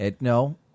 No